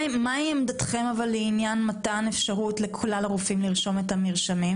מה עמדתכם לעניין מתן אפשרות לכלל הרופאים לרשום מרשמים?